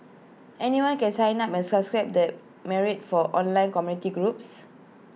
anyone can sign up and subscribe the myriad for online community groups